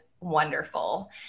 wonderful